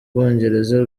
bwongereza